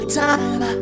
time